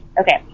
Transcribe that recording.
Okay